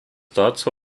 dazu